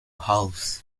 halves